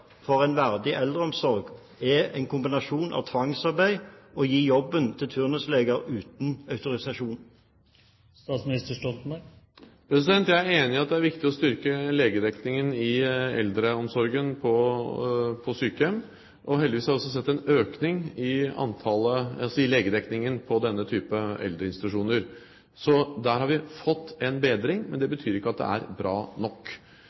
for en verdig eldreomsorg er en kombinasjon av tvangsarbeid og å gi jobben til turnusleger uten autorisasjon? Jeg er enig i at det er viktig å styrke legedekningen i eldreomsorgen på sykehjem, og heldigvis har jeg også sett en økning i legedekningen på denne type eldreinstitusjoner. Så der har vi fått en bedring, men det betyr ikke at det er bra nok.